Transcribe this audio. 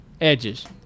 Edges